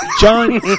John